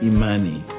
Imani